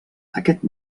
aquest